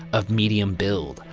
of medium build,